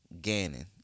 Gannon